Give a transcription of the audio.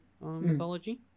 mythology